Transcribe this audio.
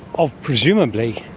of presumably